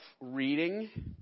reading